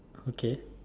okay